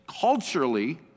culturally